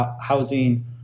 Housing